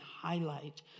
highlight